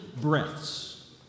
breaths